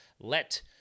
let –